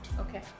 Okay